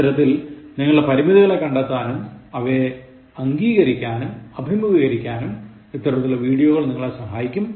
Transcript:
ഇത്തരത്തിൽ നിങ്ങളുടെ പരിമിതികളെ കണ്ടെത്താനും അവയെ അങ്കികരിക്കാനും അഭിമുഖീകരിക്കാനും ഇത്തരത്തിലുള്ള വീഡിയോകൾ നിങ്ങളെ സഹായിക്കും